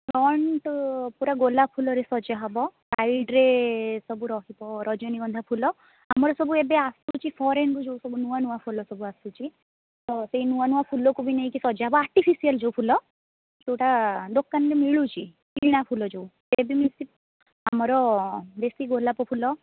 front ପୁରା ଗୋଲାପ ଫୁଲରେ ସଜାହେବ ସାଇଡ଼୍ରେ ସବୁ ରହିବ ରଜନୀଗନ୍ଧା ଫୁଲ ଆମର ସବୁ ଏବେ ଆସୁଛି ଫରେନ୍ରୁ ଯେଉଁ ସବୁ ନୂଆ ନୂଆ ଫୁଲ ସବୁ ଆସୁଛି ହଁ ସେଇ ନୂଆ ନୂଆ ଫୁଲକୁ ବି ନେଇକି ସଜାହେବ ଆର୍ଟିଫିସିଆଲ୍ ଯେଉଁ ଫୁଲ ଯେଉଁଟା ଦୋକାନରେ ମିଳୁଛି କିଣା ଫୁଲ ଯେଉଁ ଆମର ଦେଶୀ ଗୋଲାପ ଫୁଲ